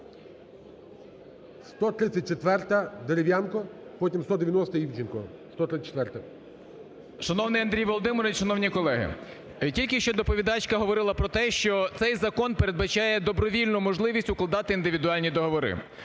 134-а, Дерев'янко. Потім 190-а, Івченко. 134-а. 13:27:37 ДЕРЕВ’ЯНКО Ю.Б. Шановній Андрій Володимирович, шановні колеги, тільки що доповідачка говорила про те, що цей закон передбачає добровільну можливість укладати індивідуальні договори.